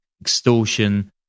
extortion